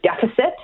deficit